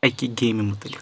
اَکہِ گیمہِ مُتعلِق